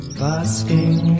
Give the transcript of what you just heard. basking